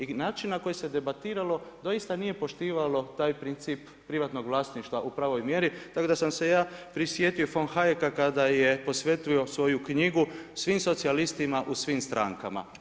I način na koji se debatiralo doista nije poštivalo taj princip privatnog vlasništva u pravoj mjeri, tako da sam se ja prisjetio … kada je posvetio svoju knjigu svim socijalistima u svim strankama.